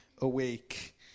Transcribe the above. awake